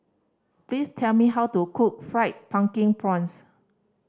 please tell me how to cook Fried Pumpkin Prawns